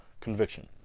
conviction